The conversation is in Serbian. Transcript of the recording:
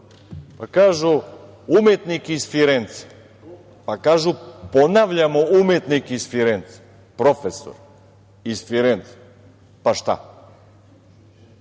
pa kažu – umetnik iz Firence. Pa kažu – ponavljamo umetnik iz Firence, profesor iz Firence. Pa šta?